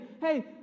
hey